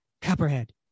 Copperhead